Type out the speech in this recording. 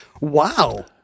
Wow